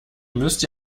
müsst